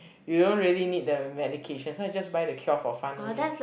you don't really need the medication so I just buy the cure for fun only